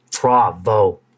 Bravo